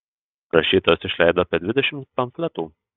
rašytojas išleido apie dvidešimt pamfletų